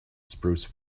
spruce